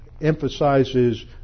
emphasizes